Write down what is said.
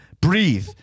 breathe